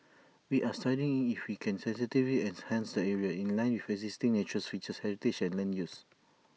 we are studying if we can sensitively enhance the area in line with existing natural features heritage and land use